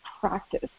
practice